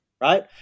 right